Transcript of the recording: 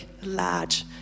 large